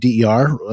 DER